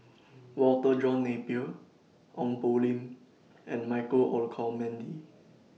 Walter John Napier Ong Poh Lim and Michael Olcomendy